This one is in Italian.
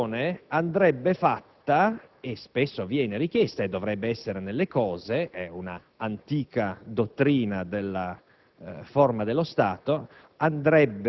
contiguità tale per cui c'è spesso da dubitare che il giudice si senta veramente terzo e veramente